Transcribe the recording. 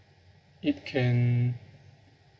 it can